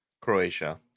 croatia